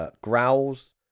Growls